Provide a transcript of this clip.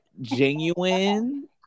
genuine